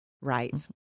right